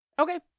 Okay